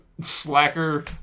slacker